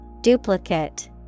Duplicate